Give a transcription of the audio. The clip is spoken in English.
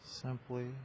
Simply